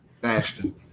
Bastion